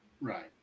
Right